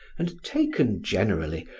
and taken generally,